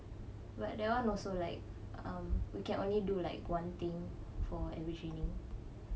but that [one] also like um we can only do like one thing for every training